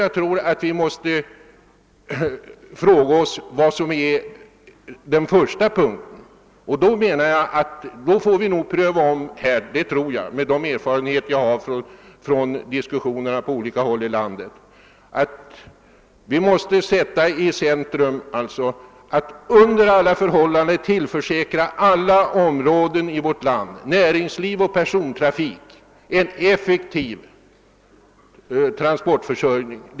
Jag tror vi måste fråga oss vad som skall komma först, och med de erfarenheter jag har av diskussioner på olika håll 'i landet tror jag att vi framför allt måste tillförsäkra alla områden i vårt land — näringsliv och persontrafik — en effektiv transportförsörjning.